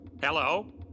Hello